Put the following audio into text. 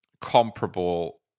comparable